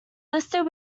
listed